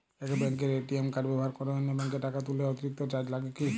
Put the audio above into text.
এক ব্যাঙ্কের ATM card ব্যবহার করে অন্য ব্যঙ্কে টাকা তুললে অতিরিক্ত চার্জ লাগে কি?